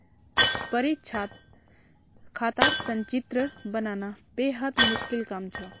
परीक्षात खातार संचित्र बनाना बेहद मुश्किल काम छ